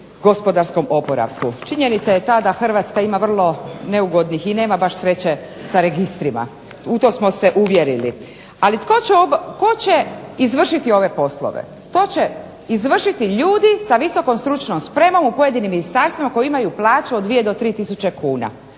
gospodarskom oporavku. Činjenica je ta da Hrvatska ima vrlo neugodnih i nema baš sreće sa registrima. U to smo se uvjerili. Ali, tko će izvršiti ove poslove? To će izvršiti ljudi sa visokom stručnom spremom u pojedinim ministarstvima koji imaju plaću od 2 do 3 tisuće kuna.